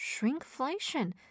Shrinkflation